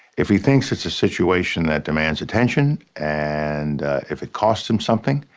if he thinks it's a situation that demands attention and if it costs him something,